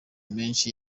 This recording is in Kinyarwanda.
menshi